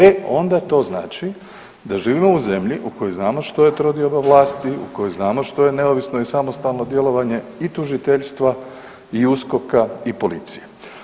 E onda to znači da živimo u zemlji u kojoj znamo što je trodioba vlasti, u kojoj znamo što je neovisno i samostalno djelovanje i tužiteljstva i USKOK-a i policije.